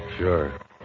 Sure